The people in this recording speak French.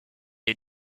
est